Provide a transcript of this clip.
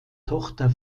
tochter